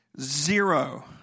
Zero